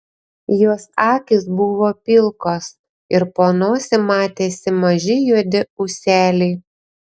jos akys buvo pilkos ir po nosim matėsi maži juodi ūseliai